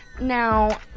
Now